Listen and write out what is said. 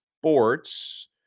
sports